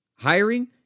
Hiring